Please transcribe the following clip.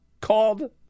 called